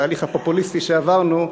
התהליך הפופוליסטי שעברנו,